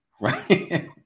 Right